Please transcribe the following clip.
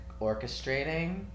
orchestrating